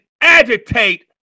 agitate